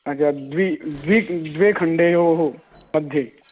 द्वि द्वि द्वे खण्डयोः मध्ये